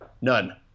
None